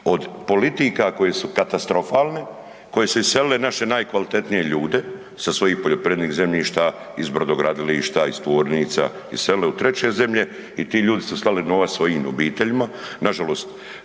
od politika koje su katastrofalne, koje su iselile naše najkvalitetnije ljude sa svojih poljoprivrednih zemljišta, iz brodogradilišta, iz tvornica, iselili u treće zemlje i ti ljudi su slali novac svojim obiteljima, nažalost